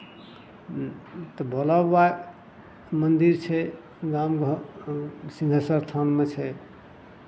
तऽ भोला बाबा मन्दिर छै गाम घर सिंहेश्वर थानमे छै